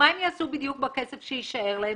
מה הם יעשו בדיוק בכסף שיישאר להם,